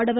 ஆடவர்